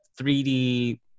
3d